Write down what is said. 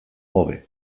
hobe